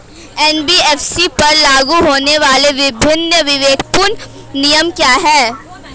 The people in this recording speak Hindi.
एन.बी.एफ.सी पर लागू होने वाले विभिन्न विवेकपूर्ण नियम क्या हैं?